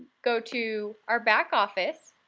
go to our backoffice,